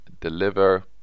deliver